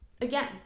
Again